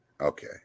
okay